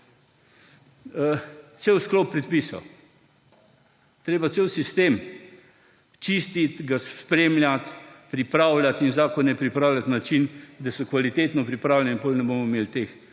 cel sklop predpisov. Treba cel sistem čistit, ga spremljat, pripravljat in zakone pripravljat na način, da so kvalitetno pripravljeni in potem ne bomo imel teh